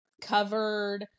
covered